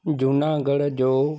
जूनागढ़ जो